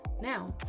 Now